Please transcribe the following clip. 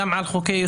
גם על חוקי-יסוד,